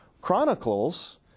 Chronicles